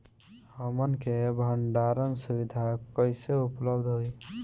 हमन के भंडारण सुविधा कइसे उपलब्ध होई?